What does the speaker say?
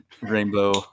rainbow